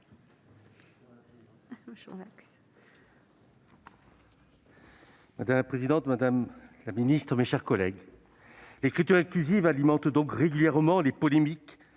Madame la présidente, madame la secrétaire d'État, mes chers collègues, l'écriture inclusive alimente régulièrement les polémiques